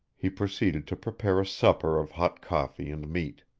he proceeded to prepare a supper of hot coffee and meat.